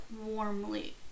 warmly